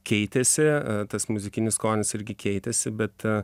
keitėsi tas muzikinis skonis irgi keitėsi bet